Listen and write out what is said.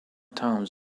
towns